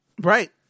Right